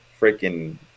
freaking